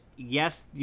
Yes